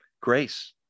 Grace